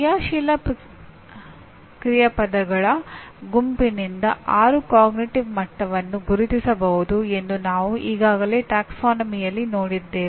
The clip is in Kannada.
ಕ್ರಿಯಾಶೀಲ ಕ್ರಿಯಾಪದಗಳ ಗುಂಪಿನಿಂದ ಆರು ಅರಿವಿನ ಮಟ್ಟವನ್ನು ಗುರುತಿಸಬಹುದು ಎಂದು ನಾವು ಈಗಾಗಲೇ ಪ್ರವರ್ಗದಲ್ಲಿ ನೋಡಿದ್ದೇವೆ